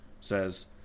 says